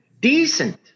decent